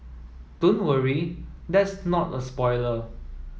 don't worry that's not a spoiler